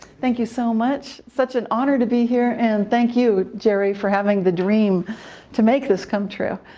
thank you so much! such an honor to be here. and thank you, jerry, for having the dream to make this come true.